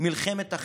"מלחמת אחים".